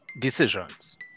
decisions